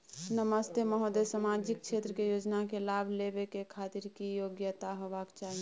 नमस्ते महोदय, सामाजिक क्षेत्र के योजना के लाभ लेबै के खातिर की योग्यता होबाक चाही?